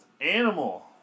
Animal